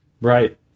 Right